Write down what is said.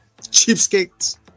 cheapskates